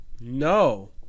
No